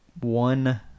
one